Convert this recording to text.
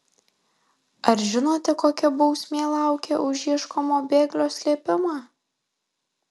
ar žinote kokia bausmė laukia už ieškomo bėglio slėpimą